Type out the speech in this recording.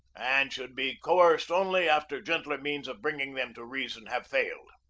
and should be coerced only after gentler means of bringing them to reason have failed.